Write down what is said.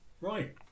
right